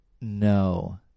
No